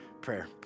prayer